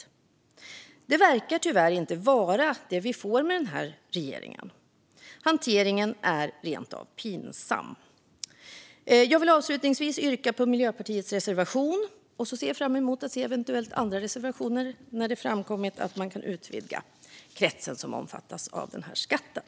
Men det verkar tyvärr inte vara vad vi får med den här regeringen. Hanteringen är rent av pinsam. Jag vill avslutningsvis yrka bifall till Miljöpartiets reservation. Jag ser fram emot att se eventuella andra reservationer nu när det framkommit att kretsen som omfattas av skatten kan utvidgas.